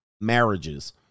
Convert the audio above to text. marriages